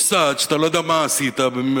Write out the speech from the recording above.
נוסעת, שאתה לא יודע מה עשית בהתחלה.